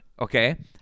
okay